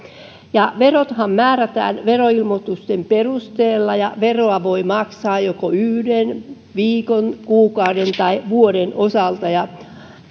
asia verothan määrätään veroilmoitusten perusteella ja veroa voi maksaa joko yhden viikon kuukauden tai vuoden osalta ja